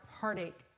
heartache